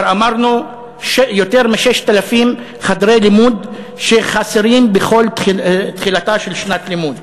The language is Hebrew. כבר אמרנו שיותר מ-6,000 חדרי לימוד חסרים בתחילתה של כל שנת לימוד.